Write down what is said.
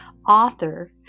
author